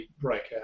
breakout